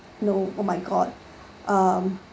no oh my god um